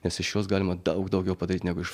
nes iš jos galima daug daugiau padaryti negu iš